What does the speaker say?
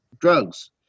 drugs